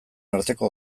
arteko